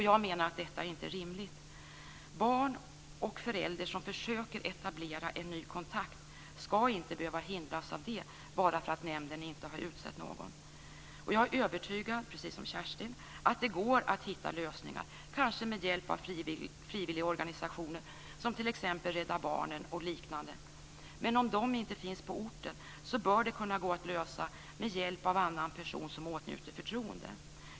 Jag menar att detta inte är rimligt. Barn och förälder som försöker etablera en ny kontakt skall inte behöva hindras av att nämnden inte har utsett någon. Jag är övertygad om, precis som Kerstin Heinemann, att det går att hitta lösningar, kanske med hjälp av frivilliga organisationer som t.ex. Rädda Barnen och liknande. Om de inte finns på orten bör det kunna gå att lösa med hjälp av en annan person som åtnjuter förtroende.